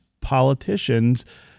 politicians